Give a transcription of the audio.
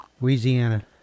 Louisiana